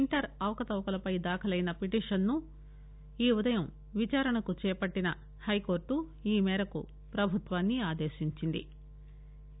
inter అవకతవకలపై దాఖలయిన పిటిషన్ను ఈ ఉదయం విచారణకు చేపట్టిన హైకోర్లు ఈ మేరకు పభుత్వాన్ని ఆదేశించింది